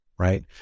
right